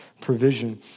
provision